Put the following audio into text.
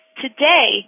Today